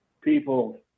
people